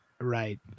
Right